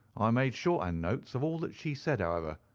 i made shorthand notes of all that she said, however,